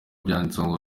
byanditseho